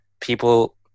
people